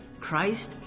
Christ